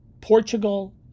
Portugal